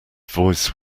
voice